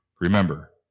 Remember